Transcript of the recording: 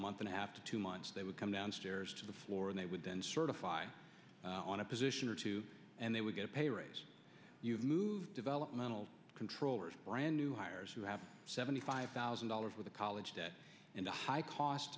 month and a half to two months they would come downstairs to the floor and they would then certify on a position or two and they would get a pay raise you move developmental control or brand new hires who have seventy five thousand dollars with a college debt and a high cost